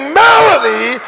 melody